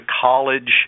college